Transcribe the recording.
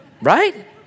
right